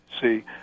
See